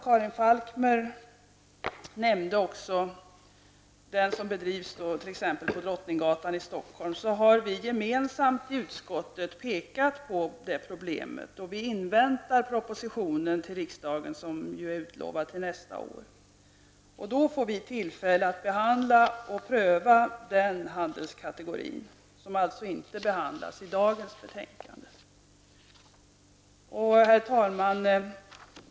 Karin Falkmer också nämnde, har vi gemensamt i utskottet påpekat problemet. Vi inväntar en proposition till riksdagen, som är utlovad till nästa år. Då får vi tillfälle att behandla och pröva den handelskategorin, som alltså inte tas upp i dagens betänkande. Herr talman!